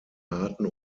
harten